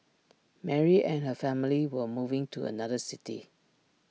Mary and her family were moving to another city